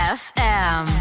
fm